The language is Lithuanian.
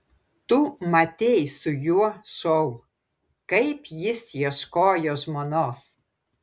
tu matei su juo šou kaip jis ieškojo žmonos